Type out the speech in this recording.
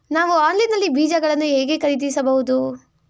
ನಾವು ಆನ್ಲೈನ್ ನಲ್ಲಿ ಬೀಜಗಳನ್ನು ಹೇಗೆ ಖರೀದಿಸಬಹುದು?